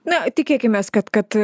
na tikėkimės kad kad